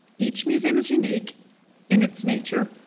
each museum is unique in its nature.